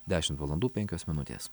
dešimt valandų penkios minutės